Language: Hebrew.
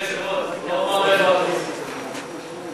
אדוני היושב-ראש, הוא לא אמר לנו איפה הכסף.